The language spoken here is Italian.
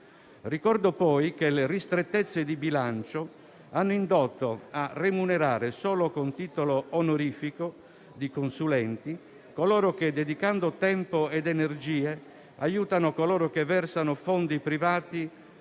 Ricordo poi che le ristrettezze di bilancio hanno indotto a remunerare solo con titolo onorifico di consulenti coloro che, dedicando tempo ed energie, aiutano chi versa fondi privati